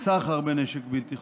סחר בנשק בלתי חוקי.